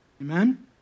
Amen